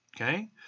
okay